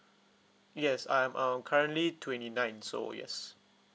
yes I'm uh currently twenty nine so yes